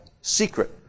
secret